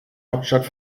hauptstadt